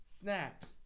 snaps